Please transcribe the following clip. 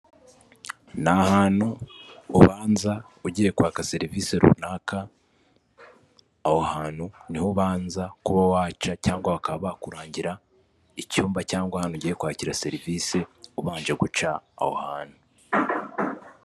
Ni ahantu ubanza ugiye kwaka serivisi runaka, aho hantu ni ho ubanza kuba waca cyangwa bakaba bakurangira icyumba cyangwa ahantu ugiye kwakira serivisi ubanje guca aho hantu.